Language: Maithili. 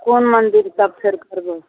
कोन मन्दिर सब फेर करबै